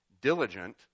diligent